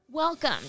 Welcome